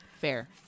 Fair